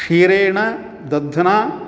क्षीरेण दध्ना